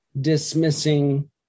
dismissing